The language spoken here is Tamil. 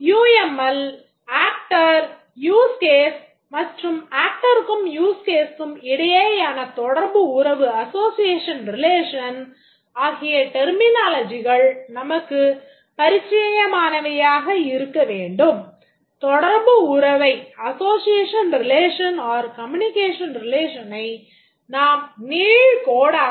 UML actor use case மற்றும் actorகும் use caseகும் இடையேயானத் தொடர்பு உறவு நாம் நீள் கோடாக வரையலாம்